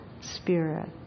spirit